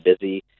busy